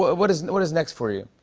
what is what is next for you?